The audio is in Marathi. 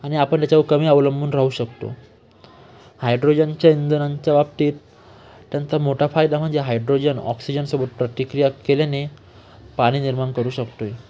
आणि आपण त्याच्यावर कमी अवलंबून राहू शकतो हायड्रोजनच्या इंधनांच्या बाबतीत त्यांचा मोठा फायदा म्हनजे हायड्रोजन ऑक्सिजनसोबत प्रतिक्रिया केल्याने पाणी निर्माण करू शकतोय